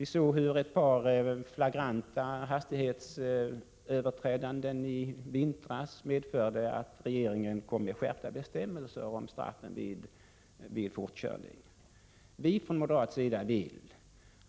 Ett par flagranta hastighetsöverträdanden i vintras medförde att regeringen föreslog skärpta bestämmelser i fråga om straffen vid fortkörning. Vi från moderat sida vill